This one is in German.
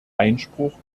einspruch